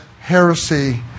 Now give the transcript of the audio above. heresy